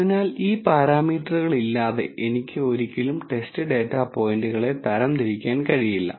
അതിനാൽ ഈ പാരാമീറ്ററുകൾ ഇല്ലാതെ എനിക്ക് ഒരിക്കലും ടെസ്റ്റ് ഡാറ്റ പോയിന്റുകളെ തരംതിരിക്കാൻ കഴിയില്ല